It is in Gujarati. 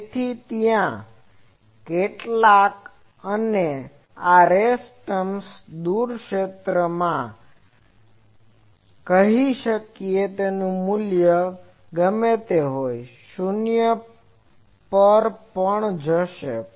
તેથી ત્યાં કેટલાક અને આ રેસ ટર્મ્સ દૂર ક્ષેત્રમાં આપણે કહી શકીએ કે તેમનું મૂલ્ય ગમે તે હોય તે શૂન્ય પર જશે